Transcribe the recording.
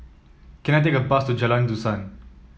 can I take a bus to Jalan Dusan